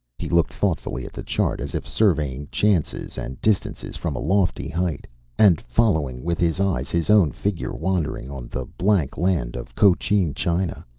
he looked thoughtfully at the chart as if surveying chances and distances from a lofty height and following with his eyes his own figure wandering on the blank land of cochin-china,